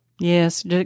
Yes